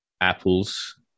apples